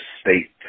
state